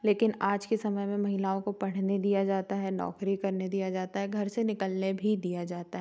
लेकिन आज के समय में महिलाओं को पढ़ने दिया जाता है नौकरी करने दिया जाता है घर से निकालने भी दिया जाता है